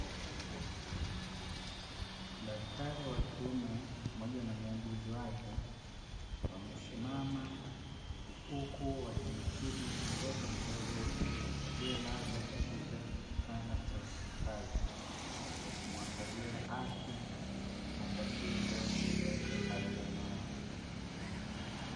Daktari wa kiume pamoja na muuguzi wake wamesimama huku wakimtibu mtoto mdogo aliyelazwa katika kitanda cha hospitali, kumwangalia afya na tatizo lolote alilonalo.